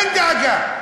אין דאגה.